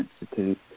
Institute